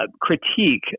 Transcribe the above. critique